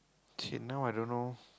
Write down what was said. shit now I don't know